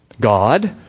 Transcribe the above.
God